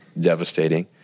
devastating